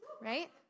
right